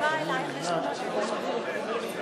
15 דקות, כן?